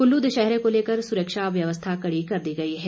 कुल्लू दशहरे को लेकर सुरक्षा व्यवस्था कड़ी कर दी गई है